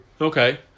okay